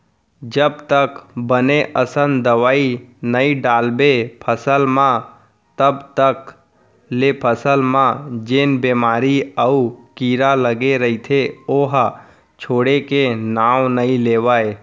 जब तक बने असन दवई नइ डालबे फसल म तब तक ले फसल म जेन बेमारी अउ कीरा लगे रइथे ओहा छोड़े के नांव नइ लेवय